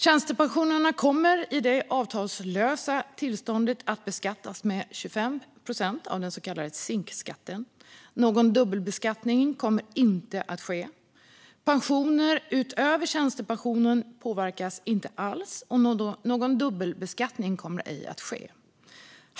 Tjänstepensionerna kommer i det avtalslösa tillståndet att beskattas med 25 procent - det är den så kallade SINK:en. Någon dubbelbeskattning kommer inte att ske. Pensioner utöver tjänstepensionen påverkas inte alls.